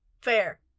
Fair